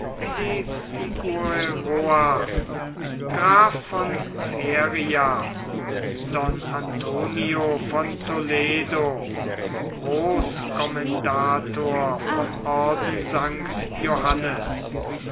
graf von feria don antonio von toledo großcommendator vom orden st johannes